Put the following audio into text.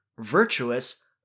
virtuous